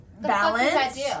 Balance